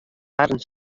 harren